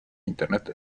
internet